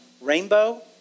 rainbow